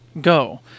Go